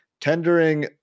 tendering